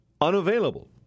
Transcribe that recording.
unavailable